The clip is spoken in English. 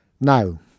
Now